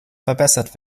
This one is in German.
verbessert